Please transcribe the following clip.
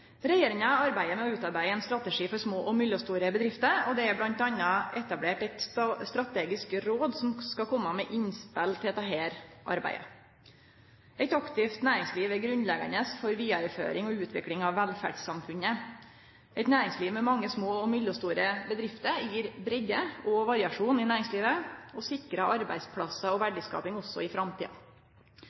Regjeringa arbeider med å utarbeide ein strategi for små og mellomstore bedrifter, og det er bl.a. etablert eit strategisk råd som skal komme med innspel til dette arbeidet. Eit aktivt næringsliv er grunnleggjande for vidareføring og utvikling av velferdssamfunnet. Eit næringsliv med mange små og mellomstore bedrifter gir breidde og variasjon i næringslivet og sikrar arbeidsplassar og verdiskaping også i framtida.